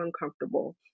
uncomfortable